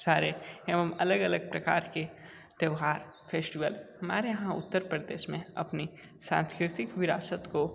सारे एवं अलग अलग प्रकार के त्यौहार फेस्टिवल हमारे यहाँ उत्तर प्रदेश में अपनी संस्कृति विरासत को